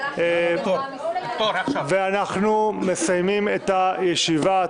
ואנחנו מסיימים את הישיבה.